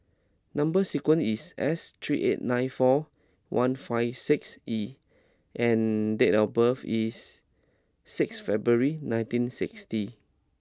number sequence is S three eight nine four one five six E and date of birth is sixth February nineteen sixty